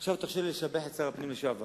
עכשיו, תרשה לי לשבח את שר הפנים לשעבר